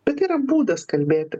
bet tai yra būdas kalbėti